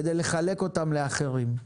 כדי לחלק אותם לאחרים.